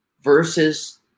versus